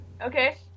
Okay